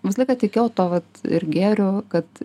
visą laiką tikėjau tuo vat ir gėriu kad